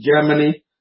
Germany